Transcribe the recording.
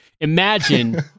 Imagine